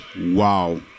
wow